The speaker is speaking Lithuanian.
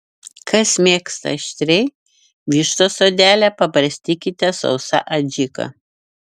kas mėgsta aštriai vištos odelę pabarstykite sausa adžika